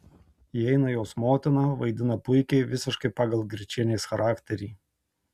įeina jos motina vaidina puikiai visiškai pagal girčienės charakterį